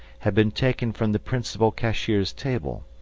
had been taken from the principal cashier's table,